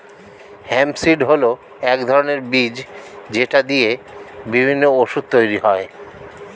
hemp seed হল এক ধরনের বীজ যেটা দিয়ে বিভিন্ন ওষুধ তৈরি করা হয়